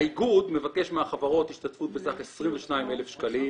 האיגוד מבקש מהחברות השתתפות בסך 22,000 שקלים